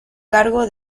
cargo